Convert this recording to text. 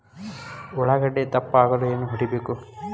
ಉಳ್ಳಾಗಡ್ಡೆ ದಪ್ಪ ಆಗಲು ಏನು ಹೊಡಿಬೇಕು?